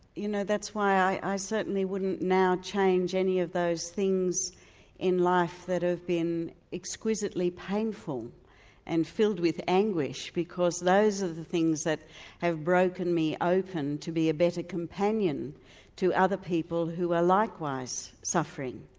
you know that's why i certainly wouldn't now change any of those things in life that have been exquisitely painful and filled with anguish, because those are the things that have broken me open to be a better companion to other people who are likewise suffering.